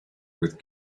with